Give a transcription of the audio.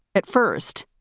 at first,